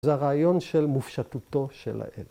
‫זה הרעיון של מופשטותו של האל.